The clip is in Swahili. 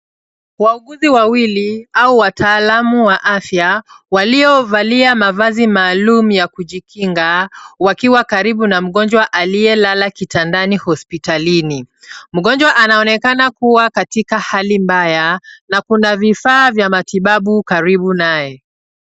Waaguzi wawili au wataalamu wa afya walio valia mavazi maalum ya kujikinga wakiwa karibu na mgonjwa aliyelala kitandani hospitalini. Mgonjwa anaoenekana kuwa katika hali mbaya na kuna vifaa vya matibabu karibu naye.